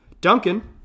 Duncan